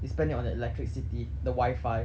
you spend it on the electricity the wifi